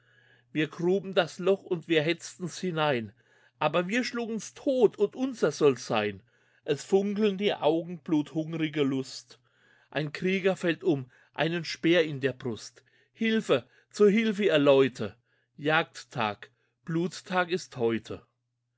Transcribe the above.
wir gruben das loch und wir hetzten's hinein aber wir schlugen's tot und unser soll's sein es funkeln die augen bluthungrige lust ein krieger fällt um einen speer in der brust hilfe zu hilfe ihr leute jagdtag bluttag ist heute